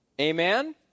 Amen